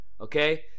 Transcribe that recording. okay